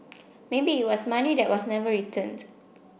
maybe it was money that was never returned